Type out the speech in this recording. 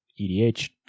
EDH